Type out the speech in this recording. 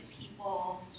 people